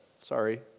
Sorry